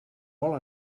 vol